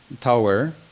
tower